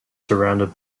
surrounded